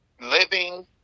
living